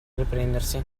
riprendersi